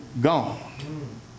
gone